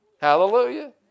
Hallelujah